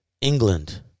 England